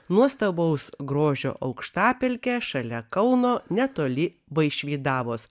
nuostabaus grožio aukštapelkė šalia kauno netoli vaišvydavos